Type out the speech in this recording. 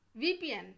VPN